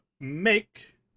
make